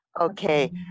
Okay